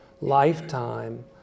lifetime